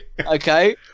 okay